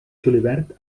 julivert